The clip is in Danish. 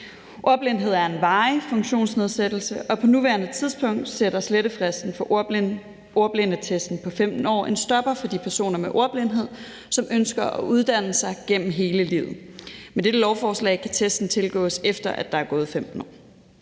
Ordblindhed er en varig funktionsnedsættelse, og på nuværende tidspunkt sætter slettefristen for ordblindetesten på 15 år en stopper for de personer med ordblindhed, som ønsker at uddanne sig gennem hele livet. Med dette lovforslag kan testen tilgås, efter der er gået 15 år.